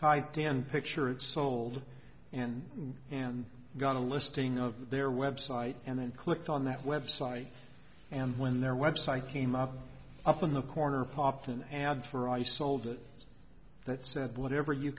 typed in picture it sold and and got a listing of their website and then clicked on that website and when their website came up up on the corner popped an ad for i sold it that said whatever you